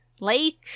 lake